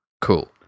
Cool